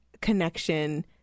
connection